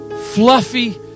fluffy